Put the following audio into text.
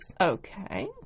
Okay